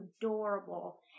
adorable